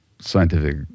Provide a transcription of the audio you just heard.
Scientific